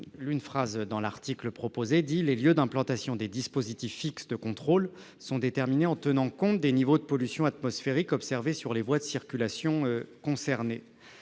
l'alinéa 23 de l'article 28 dispose :« Les lieux d'implantation des dispositifs fixes sont déterminés en tenant compte des niveaux de pollution atmosphérique observés sur les voies de circulation concernées. »